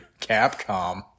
Capcom